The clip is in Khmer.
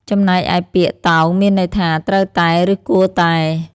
ចំណែកឯ ពាក្យ "តោង" មានន័យថា ត្រូវតែ ឬគួរតែ។